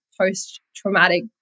post-traumatic